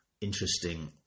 Interesting